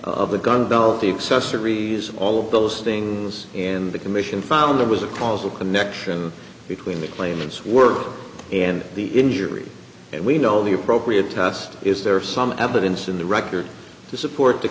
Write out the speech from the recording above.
the gun belt the accessories all of those things in the commission found there was a causal connection between the claims work and the injury that we know the appropriate test is there some evidence in the record to support the